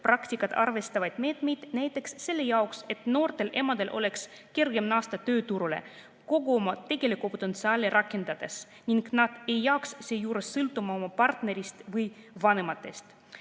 praktikat arvestavaid meetmeid näiteks selle jaoks, et noortel emadel oleks kergem naasta tööturule kogu oma tegelikku potentsiaali rakendades ning nad ei jääks seejuures sõltuma oma partnerist või vanematest.